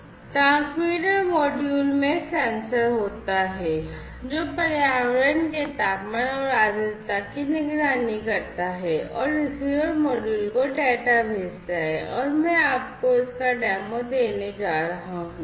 transmitter module में sensor होता है जो पर्यावरण के तापमान और आर्द्रता की निगरानी करता है और रिसीवर मॉड्यूल को डेटा भेजता है और मैं आपको इसका डेमो देने जा रहा हूं